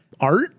Art